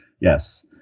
yes